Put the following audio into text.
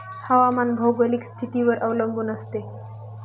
हवामान भौगोलिक स्थितीवर अवलंबून असते